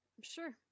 Sure